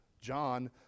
John